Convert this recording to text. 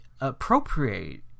appropriate